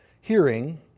Hearing